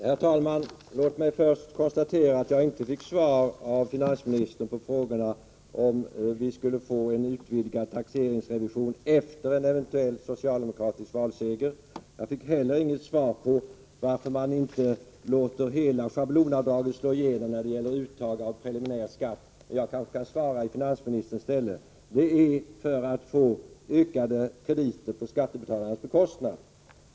Herr talman! Låt mig först konstatera att jag inte fick svar från finansministern på frågan om vi efter en eventuell socialdemokratisk valseger skall få en utvidgad taxeringsrevision. Jag fick inte heller något svar på frågan varför man inte låter schablonavdraget i dess helhet slå igenom när det gäller uttag av preliminär skatt. Jag kanske kan svara i finansministerns ställe: Det är för att få ökade krediter på skattebetalarnas bekostnad.